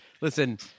listen